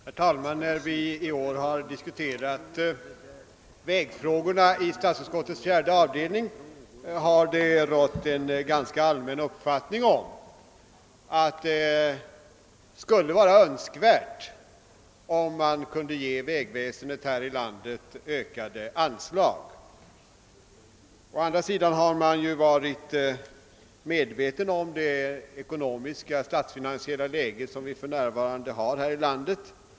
Herr talman! När vi i år har diskuterat vägfrågorna inom statsutskottets fjärde avdelning har det rått en ganska allmän uppfattning att det skulle vara önskvärt med ökade anslag till vägväsendet. Å andra sidan har man varit medveten om det statsfinansiella läget i landet.